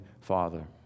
Father